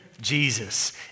Jesus